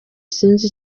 sinzi